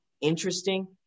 interesting